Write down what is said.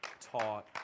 taught